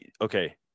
okay